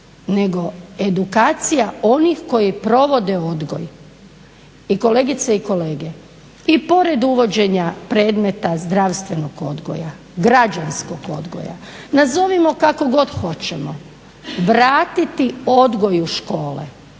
nego edukacija onih koji provode odgoj! Kolegice i kolege, i pored uvođenja predmeta zdravstvenog odgoja, građanskog odgoja, nazovimo kako god hoćemo, treba vratiti odgoj u škole.